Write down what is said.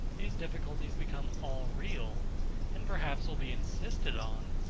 these difficulties become all real and perhaps will be insisted on,